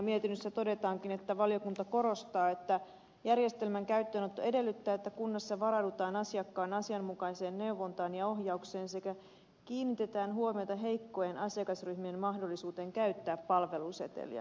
mietinnössä todetaankin että valiokunta korostaa että järjestelmän käyttöönotto edellyttää että kunnassa varaudutaan asiakkaan asianmukaiseen neuvontaan ja ohjaukseen sekä kiinnitetään huomiota heikkojen asiakasryhmien mahdollisuuteen käyttää palveluseteliä